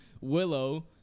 Willow